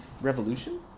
Revolution